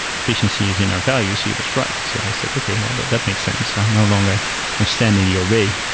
efficiency is in our value, so he was right. so i said, okay. well, and that makes sense. i'm no longer ah stand in your way.